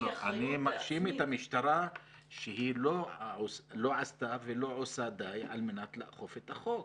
אני מאשים את המשטרה שהיא לא עשתה ולא עושה די על מנת לאכוף את החוק.